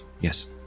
Yes